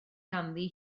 ganddi